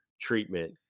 treatment